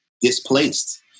displaced